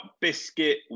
biscuit